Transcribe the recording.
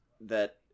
that-